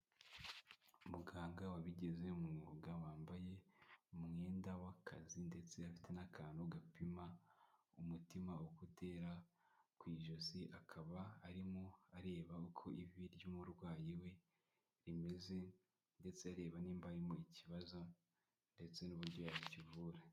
Muganga wabigize umwuga wambaye umwenda w'akazi ndetse afite n'akantu gapima umutima ukotera ku ijosi akaba arimo areba uko ivi ry'umurwayi we rimeze ndetse areba nimba harimo ikibazo ndetse n'uburyo yakivura.